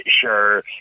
sure